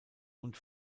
und